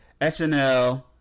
SNL